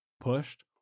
pushed